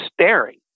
staring